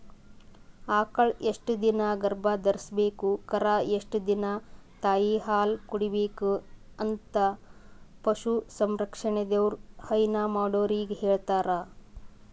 ಆಕಳ್ ಎಷ್ಟ್ ದಿನಾ ಗರ್ಭಧರ್ಸ್ಬೇಕು ಕರಾ ಎಷ್ಟ್ ದಿನಾ ತಾಯಿಹಾಲ್ ಕುಡಿಬೆಕಂತ್ ಪಶು ಸಂರಕ್ಷಣೆದವ್ರು ಹೈನಾ ಮಾಡೊರಿಗ್ ಹೇಳಿರ್ತಾರ್